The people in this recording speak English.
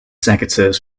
secateurs